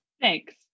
Thanks